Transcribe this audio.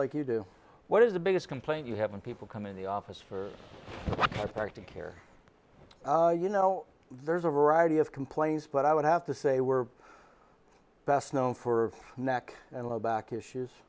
like you do what is the biggest complaint you have and people come in the office for a party care you know there's a variety of complaints but i would have to say we're best known for neck and low back issues